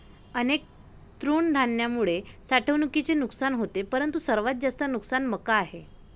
अनेक तृणधान्यांमुळे साठवणुकीचे नुकसान होते परंतु सर्वात जास्त नुकसान मका आहे